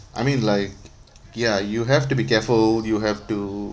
I mean like ya you have to be careful you have to